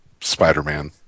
Spider-Man